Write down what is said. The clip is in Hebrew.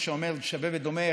הזה שאומר: שווה ודומה,